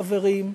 חברים,